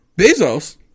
Bezos